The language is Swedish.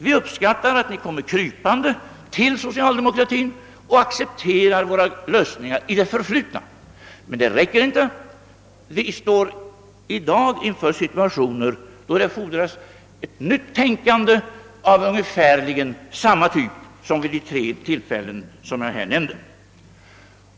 Vi uppskattar att ni kommer krypande till oss och accepterar våra lösningar i det förflutna, men detta räcker inte. Vi befinner oss nu i ett läge då det fordras ett nytt tänkande av ungefär samma typ som vid de tre tillfällen jag här nämnt.